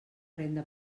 renda